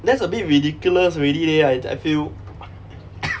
that's a bit ridiculous already eh I I feel